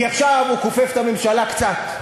כי עכשיו הוא כופף את הממשלה קצת,